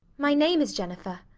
my name is jennifer.